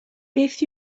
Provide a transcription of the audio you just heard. beth